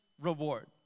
reward